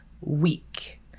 week